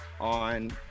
on